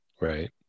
Right